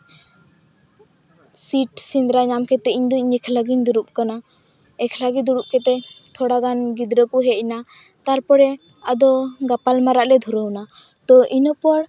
seat ᱥᱮᱸᱫᱽᱨᱟ ᱧᱟᱢ ᱠᱟᱛᱮ ᱤᱧ ᱫᱚ ᱤᱧ ᱮᱠᱞᱟᱜᱤᱧ ᱫᱩᱲᱩᱵ ᱟᱠᱟᱱᱟ ᱮᱠᱞᱟᱜᱮ ᱫᱩᱲᱩᱵ ᱠᱟᱛᱮ ᱛᱷᱚᱲᱟ ᱜᱟᱱ ᱜᱤᱫᱽᱨᱟᱹ ᱠᱚ ᱦᱮᱡ ᱮᱱᱟ ᱛᱟᱨᱯᱚᱨᱮ ᱟᱫᱚ ᱜᱟᱯᱟᱞᱢᱟᱨᱟᱜ ᱞᱮ ᱫᱷᱩᱨᱟᱹᱣᱮᱱᱟ ᱟᱫᱚ ᱤᱱᱟᱹᱯᱚᱨ